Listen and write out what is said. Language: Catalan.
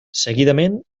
seguidament